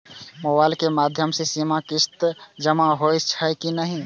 Mobile के माध्यम से सीमा किस्त जमा होई छै कि नहिं?